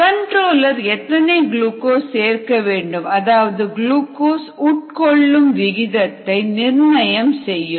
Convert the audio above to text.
controller எத்தனை glucose சேர்க்க வேண்டும் அதாவது குளுக்கோஸ் உட்கொள்ளும் விகிதத்தை நிர்ணயம் செய்யும்